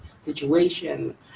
situation